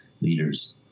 leaders